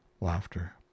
Laughter